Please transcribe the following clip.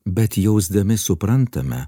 bet jausdami suprantame